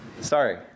Sorry